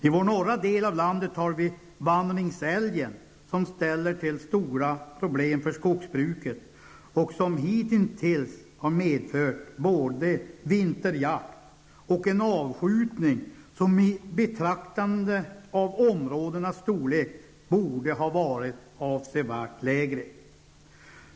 I vår norra del av landet har vi vandringsälgen som ställer till stora problem för skogsbruket. Hitintills har detta medfört både vinterjakt och en avskjutning som i betraktande av områdenas storlek borde ha varit avsevärt lägre.